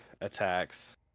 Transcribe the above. attacks